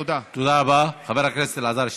כנראה זה יהיה הטרנד מעכשיו